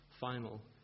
final